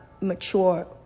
mature